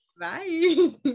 Bye